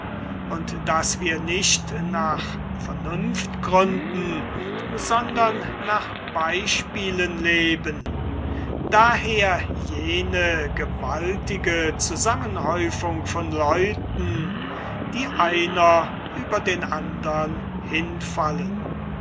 und daß wir nicht nach vernunftgründen sondern nach beispielen leben daher jene gewaltige zusammenhäufung von leuten die einer über den andern hinfallen